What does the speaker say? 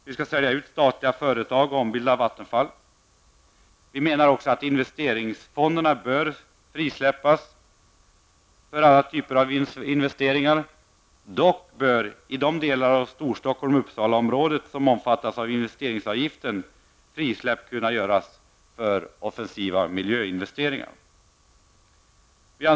Vi skall sälja ut statliga företag och ombilda Vattenfall. Vi menar också att investeringsfonderna bör frisläppas för alla typer av investeringar. Dock bör, i de delar av Storstockholms och Uppsalaområdet som omfattas av investeringsavgiften, frisläpp kunna göras för offensiva miljöinvesteringar.